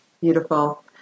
Beautiful